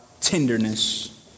tenderness